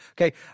Okay